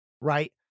right